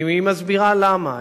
היא מסבירה למה.